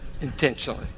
Intentionally